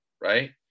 right